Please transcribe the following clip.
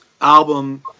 album